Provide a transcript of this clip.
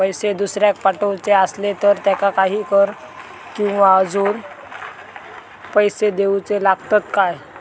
पैशे दुसऱ्याक पाठवूचे आसले तर त्याका काही कर किवा अजून पैशे देऊचे लागतत काय?